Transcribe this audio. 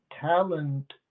Talent